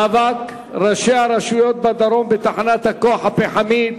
בנושא: מאבק ראשי הרשויות בדרום בתחנת הכוח הפחמית,